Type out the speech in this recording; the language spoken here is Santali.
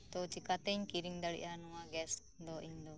ᱛᱚ ᱪᱤᱠᱟᱹᱛᱤᱧ ᱠᱤᱨᱤᱧ ᱫᱟᱲᱮᱭᱟᱜᱼᱟ ᱱᱚᱶᱟ ᱜᱮᱥᱫᱚ ᱤᱧᱫᱚ